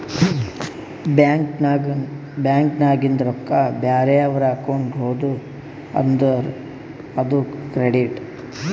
ನಮ್ ಬ್ಯಾಂಕ್ ನಾಗಿಂದ್ ರೊಕ್ಕಾ ಬ್ಯಾರೆ ಅವ್ರ ಅಕೌಂಟ್ಗ ಹೋದು ಅಂದುರ್ ಅದು ಕ್ರೆಡಿಟ್